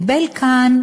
וקיבל כאן,